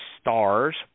stars